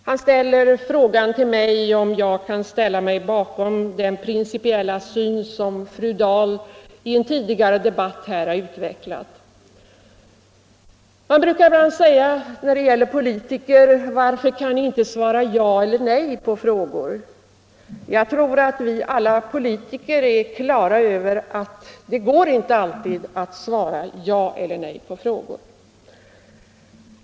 Han riktar frågan till mig om jag kan ställa mig bakom den principiella syn som fru Dahl i en tidigare debatt här har utvecklat. Man brukar ibland säga till politiker: Varför kan ni inte svara ja eller nej på frågor? Jag tror att vi alla politiker är på det klara med att det inte alltid går att svara ja eller nej på frågor.